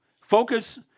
focus